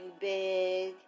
big